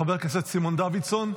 חבר הכנסת סימון דוידסון?